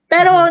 Pero